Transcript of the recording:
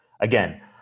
Again